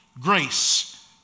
grace